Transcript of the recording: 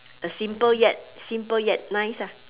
a simple yet simple yet nice ah